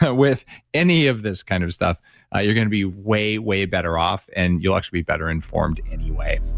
ah with any of this kind of stuff you're going to be way, way better off, and you'll actually be better informed anyway.